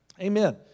Amen